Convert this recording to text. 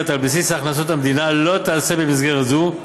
על בסיס הכנסות המדינה לא תיעשה במסגרת זו.